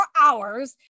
hours